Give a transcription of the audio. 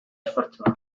esfortzua